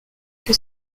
que